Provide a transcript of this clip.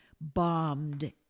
bombed